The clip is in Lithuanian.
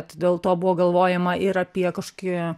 tai dėl to buvo galvojama ir apie kažkokį